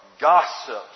gossips